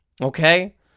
okay